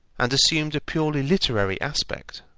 and assumed a purely literary aspect.